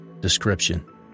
DESCRIPTION